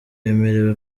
yemerewe